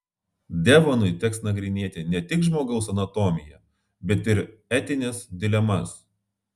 devonui teks nagrinėti ne tik žmogaus anatomiją bet ir etines dilemas